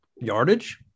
yardage